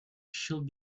should